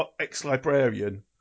ex-librarian